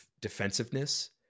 defensiveness